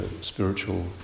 spiritual